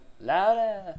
louder